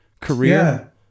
career